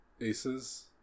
Aces